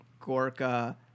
Gorka